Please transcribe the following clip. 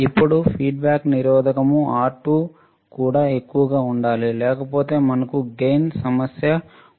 ఇప్పుడు ఫీడ్బ్యాక్ నిరోధకము R2 కూడా ఎక్కువగా ఉండాలి లేకపోతే మనకు గెయిన్ సమస్య ఉంటుంది